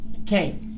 okay